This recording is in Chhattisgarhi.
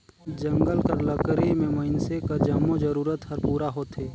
जंगल कर लकरी ले मइनसे कर जम्मो जरूरत हर पूरा होथे